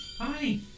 hi